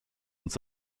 uns